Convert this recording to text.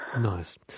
Nice